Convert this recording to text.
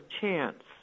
chance